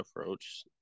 approach